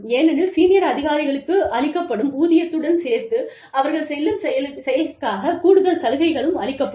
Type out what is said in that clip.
ஏனெனில் சீனியர் அதிகாரிகளுக்கு அளிக்கப்படும் ஊதியத்துடன் சேர்த்து அவர்கள் செய்யும் செயலுக்காக கூடுதல் சலுகைகளும் அளிக்கப்படும்